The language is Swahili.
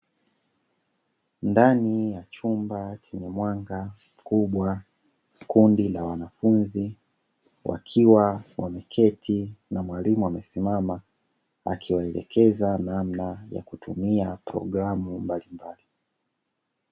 Ndani ya chumba chenye mwanga mkubwa kundi la wanafunzi wakiwa wameketi na mwalimu amesimama, akiwaelekeza namna ya kutumia program mbalimbali.